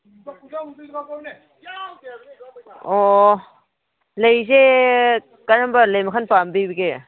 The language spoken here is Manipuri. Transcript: ꯑꯣ ꯂꯩꯁꯦ ꯀꯔꯝꯕ ꯂꯩ ꯃꯈꯜ ꯄꯥꯝꯕꯤꯕꯒꯦ